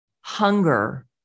Hunger